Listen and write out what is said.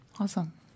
Awesome